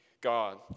God